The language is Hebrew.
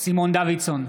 סימון דוידסון,